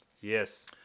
Yes